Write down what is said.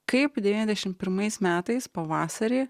kaip devyniasdešim pirmais metais pavasarį